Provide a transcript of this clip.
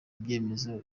ibyemezo